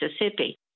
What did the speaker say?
Mississippi